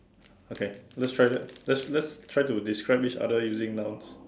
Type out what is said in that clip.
okay let's try that let's let's try to describe each other using nouns